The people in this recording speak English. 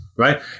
Right